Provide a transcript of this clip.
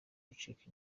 gucika